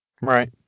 Right